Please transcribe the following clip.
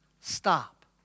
Stop